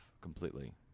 completely